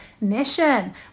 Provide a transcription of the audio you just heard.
mission